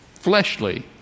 fleshly